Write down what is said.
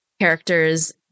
characters